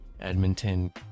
Edmonton